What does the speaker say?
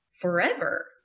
forever